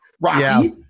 Rocky